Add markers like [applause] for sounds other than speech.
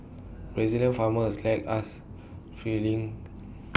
[noise] Brazilian farmers lack us feeling [noise]